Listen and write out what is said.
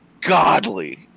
godly